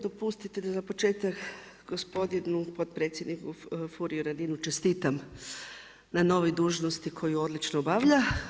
Dopustite mi za početak gospodinu potpredsjedniku Furiju Radinu čestitam na novoj dužnosti koju odlučno obavlja.